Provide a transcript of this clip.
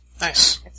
Nice